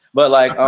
but like,